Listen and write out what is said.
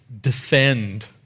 defend